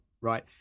right